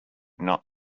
not